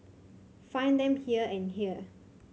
find them here and here